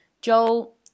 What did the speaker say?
Joel